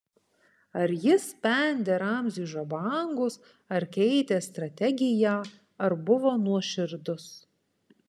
ar jis spendė ramziui žabangus ar keitė strategiją ar buvo nuoširdus